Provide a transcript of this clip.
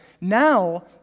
Now